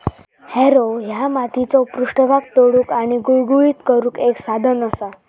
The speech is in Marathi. हॅरो ह्या मातीचो पृष्ठभाग तोडुक आणि गुळगुळीत करुक एक साधन असा